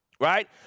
right